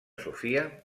sofia